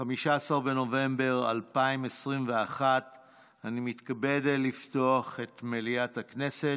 15 בנובמבר 2021. אני מתכבד לפתוח את מליאת הכנסת.